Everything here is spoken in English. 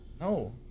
No